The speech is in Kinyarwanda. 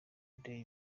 day